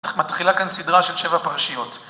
מתחילה כאן סדרה של שבע פרשיות.